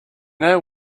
know